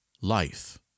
life